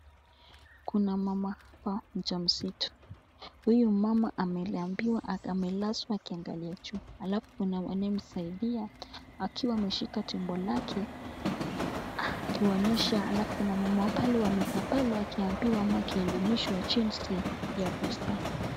Kuna mama hapa mjamzito huyu mama amelazwa akiangalia juu alafu kuna wenye kumsaidia akiwa ameshika tumbo lake akionyesha alafu kuna mama pale wamekaa pale akiambiwa ama akielimishwa jinsi ya kuzaa.